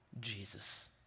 Jesus